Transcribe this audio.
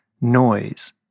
noise